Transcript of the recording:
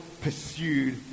pursued